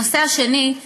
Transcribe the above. הנושא השני היה